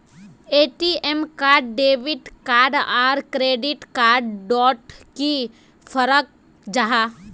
ATM card debit card or credit card डोट की फरक जाहा?